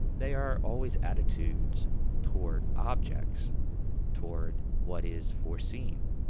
they are always attitudes toward objects toward what is foreseen.